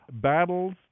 battles